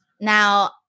now